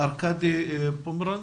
ארקדי פומרנץ?